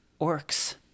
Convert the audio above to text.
orcs